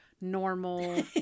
normal